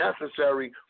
necessary